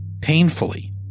painfully